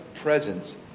presence